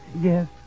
Yes